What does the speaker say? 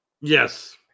Yes